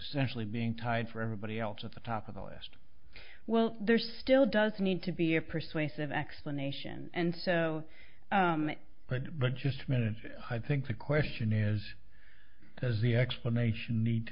especially being tied for everybody else at the top of the list well there still does need to be a persuasive explanation and so but but just a minute i think the question is does the explanation ne